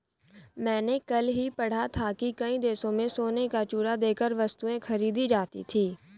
मैंने कल ही पढ़ा था कि कई देशों में सोने का चूरा देकर वस्तुएं खरीदी जाती थी